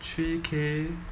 three K